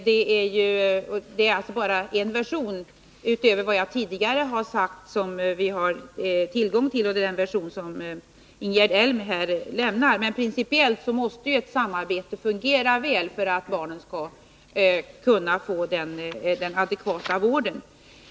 Ingegerd Elms version är bara ytterligare en version förutom dem som vi har tillgång till, men principiellt måste samarbetet fungera väl för att barnen skall få den adekvata vården.